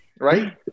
right